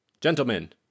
Gentlemen